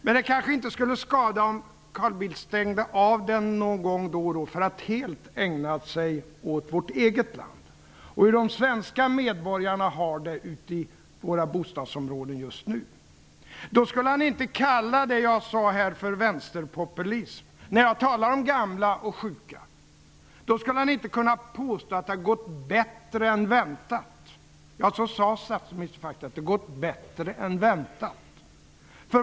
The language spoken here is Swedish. Men det kanske inte skulle skada om Carl Bildt stängde av den någon gång då och då för att helt ägna sig åt vårt eget land och åt hur de svenska medborgarna har det ute i våra bostadsområden just nu. Då skulle han inte kalla det som jag sade här om gamla och sjuka för vänsterpopulism. Då skulle han inte kunna påstå att det har gått bättre än väntat. Så sade statsministern faktiskt, att det har gått bättre än väntat.